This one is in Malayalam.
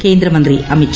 കേന്ദ്രമന്ത്രി അമിത്ഷാ